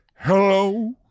hello